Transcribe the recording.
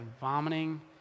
vomiting